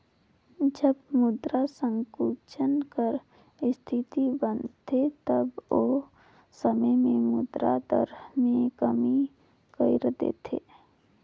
जब मुद्रा संकुचन कर इस्थिति बनथे तब ओ समे में मुद्रा दर में कमी कइर देथे